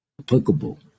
applicable